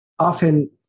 Often